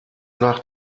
nach